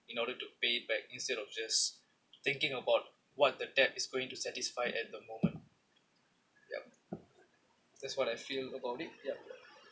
in order to pay back instead of just thinking about what the debt is going to satisfy at the moment yup that's what I feel about it yup